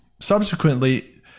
subsequently